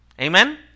Amen